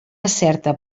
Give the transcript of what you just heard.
certa